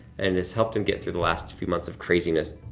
and it has helped him get through the last few months of craziness.